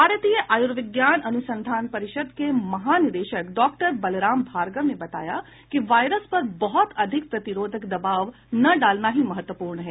भारतीय आयूर्विज्ञान अनुसंधान परिषद के महानिदेशक डॉक्टर बलराम भार्गव ने बताया कि वायरस पर बहुत अधिक प्रतिरोधक दवाब न डालना ही महत्वपूर्ण है